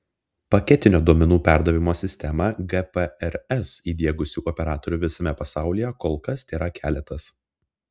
paketinio duomenų perdavimo sistemą gprs įdiegusių operatorių visame pasaulyje kol kas tėra keletas